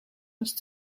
nicht